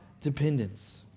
dependence